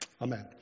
Amen